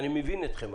אני מבין אתכם,